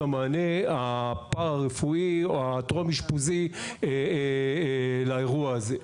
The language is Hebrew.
המענה הפארא-רפואי או הטרום-אשפוזי לאירוע הזה.